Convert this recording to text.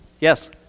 yes